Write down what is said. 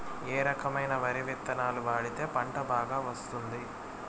ఏ రకమైన వరి విత్తనాలు వాడితే పంట బాగా వస్తుంది?